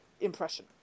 impression